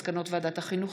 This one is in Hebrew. מסקנות ועדת החינוך,